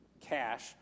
cash